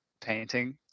painting